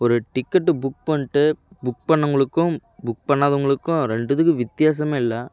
ஒரு ticket book பண்ணிட்டு book பண்ணவங்களுக்கும் புக் பண்ணாதவங்களுக்கும் ரெண்டுத்துக்கும் வித்தியாசமே இல்லை